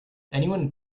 anyone